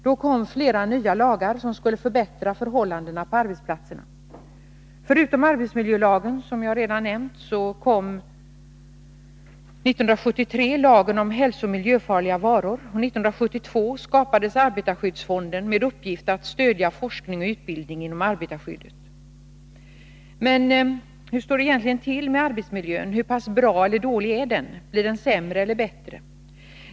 Då kom flera nya lagar som skulle förbättra förhållandena på arbetsplatserna. Förutom arbetsmiljölagen, som jag redan nämnt, kom 1973 lagen om hälsooch miljöfarliga varor, och 1972 skapades arbetarskyddsfonden med uppgift att stödja forskning och utbildning inom arbetarskyddet. Men hur står det egentligen till med arbetsmiljön? Hur pass bra eller dålig är den? Blir den sämre eller bättre?